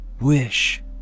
wish